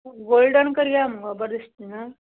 golden करया मुगो बरें दिसचें ना